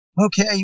okay